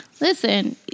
Listen